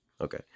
okay